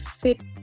fit